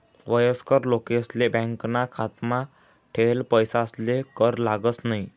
वयस्कर लोकेसले बॅकाना खातामा ठेयेल पैसासले कर लागस न्हयी